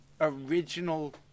original